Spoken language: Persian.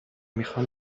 میخوام